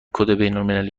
المللی